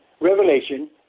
Revelation